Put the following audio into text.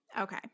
Okay